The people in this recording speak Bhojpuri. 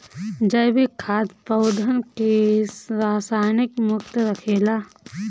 जैविक खाद पौधन के रसायन मुक्त रखेला